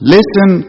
Listen